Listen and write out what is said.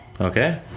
Okay